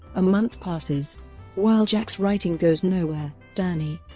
a month passes while jack's writing goes nowhere, danny